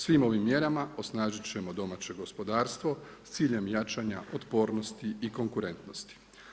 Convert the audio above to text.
Svim ovim mjerama osnažit ćemo domaće gospodarstvo s ciljem jačanja otpornosti i konkurentnosti.